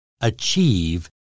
achieve